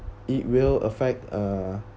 it will affect uh